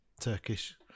Turkish